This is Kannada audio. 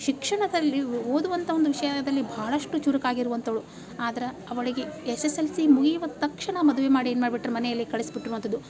ಶಿಕ್ಷಣದಲ್ಲಿ ಓದುವಂಥ ಒಂದು ವಿಷಯದಲ್ಲಿ ಬಹಳಷ್ಟು ಚುರುಕಾಗಿರುವಂಥವಳು ಆದ್ರೆ ಅವಳಿಗೆ ಎಸ್ ಎಸ್ ಎಲ್ ಸಿ ಮುಗಿಯುವ ತಕ್ಷಣ ಮದುವೆ ಮಾಡಿ ಏನು ಮಾಡಿ ಬಿಟ್ರು ಮನೆಯಲ್ಲಿ ಕಳಿಸಿಬಿಟ್ಟಿರುವಂಥದ್ದು